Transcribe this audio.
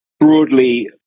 Broadly